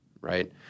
right